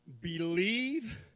believe